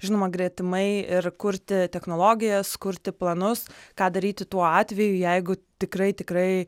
žinoma gretimai ir kurti technologijas kurti planus ką daryti tuo atveju jeigu tikrai tikrai